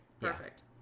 Perfect